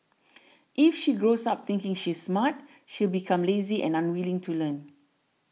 if she grows up thinking she's smart she'll become lazy and unwilling to learn